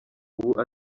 ubu